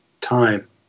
time